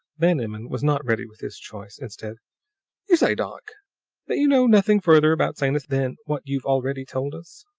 van emmon was not ready with his choice. instead you say, doc, that you know nothing further about sanus than what you've already told us?